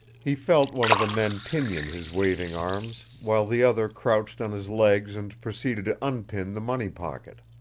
he felt one of the men pinion his waving arms, while the other crouched on his legs and proceeded to unpin the money pocket.